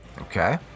Okay